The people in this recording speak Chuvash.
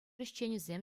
ӗҫченӗсем